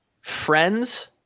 friends